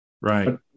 Right